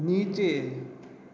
નીચે